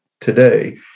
today